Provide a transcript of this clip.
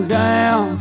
down